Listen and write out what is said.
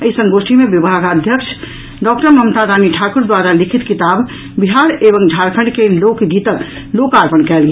एहि संगोष्ठी मे विभागाध्यक्षा डॉ ममता रानी ठाकुर द्वारा लिखित किताब बिहार एवं झारखंड के लोकगीतक लोकापर्ण कयल गेल